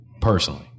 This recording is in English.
personally